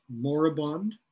moribund